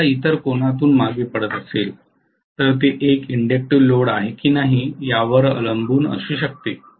ते एखाद्या इतर कोनातून मागे पडत असेल तर ते एक इण्डेक्टिव लोड आहे की नाही यावर अवलंबून असू शकते